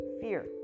fear